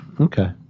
Okay